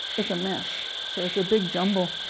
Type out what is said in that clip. it's a mess. so it's a big jumble.